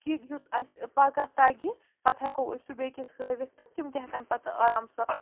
کہِ یُس اَسہِ پَگاہ تَگہِ پَتہٕ ہٮ۪کو أسۍ سُہ بیٚیہِ کِس ہٲوِتھ تہٕ تِم تہِ ہٮ۪کَن پَتہٕ آرام